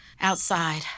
Outside